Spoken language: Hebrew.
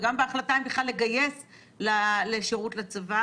וגם בהחלטה אם בכלל לגייס לשירות לצבא,